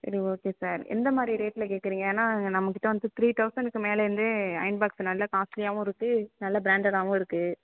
சரி okay sir எந்த மாதிரி ரேட்டில் கேட்குறீங்க ஏனால் நம்மகிட்ட வந்து த்ரீ தௌசன்னுக்கு மேலிருந்தே அயன்பாக்ஸ் நல்ல காஸ்லியாகவும் இருக்குது நல்ல ப்ராண்ட்டடாகவும் இருக்குது